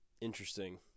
interesting